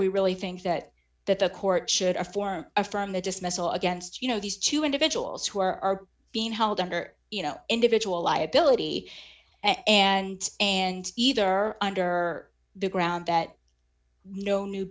we really think that that the court should a form from the dismissal against you know these two individuals who are being held under you know individual liability and and either under the ground that no new